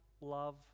love